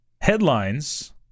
headlines